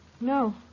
no